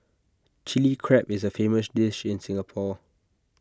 Chilli Crab is A famous dish in Singapore